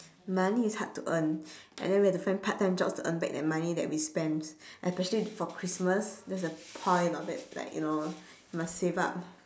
money is hard to earn and then we have to find part time jobs to earn back that money that we spent especially for christmas that's a point of it like you know must save up